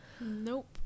Nope